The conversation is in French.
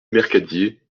mercadier